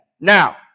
Now